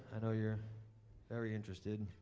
i know you're very interested.